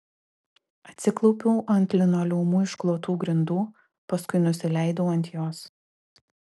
atsiklaupiau ant linoleumu išklotų grindų paskui nusileidau ant jos